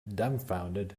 dumbfounded